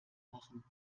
machen